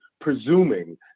presuming